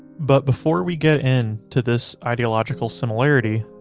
but, before we get in to this ideological similarity,